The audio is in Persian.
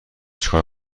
چیکار